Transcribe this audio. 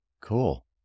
Cool